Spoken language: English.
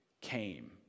came